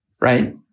Right